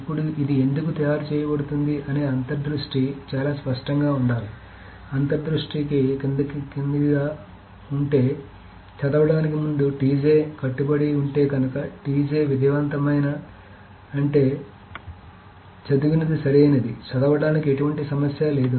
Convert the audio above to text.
ఇప్పుడుఇది ఎందుకు తయారు చేయబడుతుంది అనే అంతర్ దృష్టి చాలా స్పష్టంగా ఉండాలి కాబట్టి అంతర్దృష్టి క్రిందిది గా ఉంటే చదవడానికి ముందు కట్టుబడి ఉంటే కనుక విజయవంతమైతే అంటే చదివినది సరియైనది చదవడానికి ఎటువంటి సమస్య లేదు